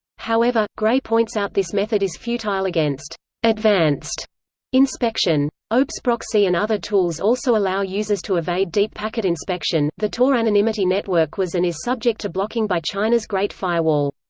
however, grey points out this method is futile against advanced inspection. obfsproxy and other tools also allow users to evade deep-packet inspection the tor anonymity network was and is subject to blocking by china's great firewall.